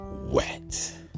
wet